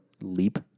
Leap